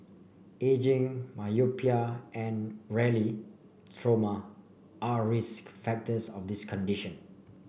ageing myopia and rarely trauma are risk factors of this condition